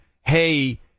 hey